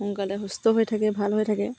সোনকালে সুস্থ হৈ থাকে ভাল হৈ থাকে